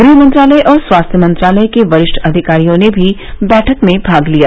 गृह मंत्रालय और स्वास्थ्य मंत्रालय के वरिष्ठ अधिकारियों ने भी बैठक में भाग लिया